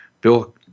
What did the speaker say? Bill